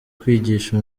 kwigisha